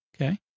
Okay